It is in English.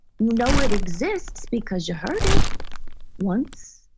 you know it exists because you heard it once.